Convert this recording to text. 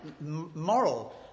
moral